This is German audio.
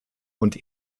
und